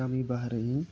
ᱠᱟᱹᱢᱤ ᱵᱟᱦᱨᱮ ᱤᱧ